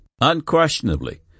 Unquestionably